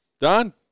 Don